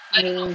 oh